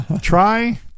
Try